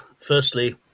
firstly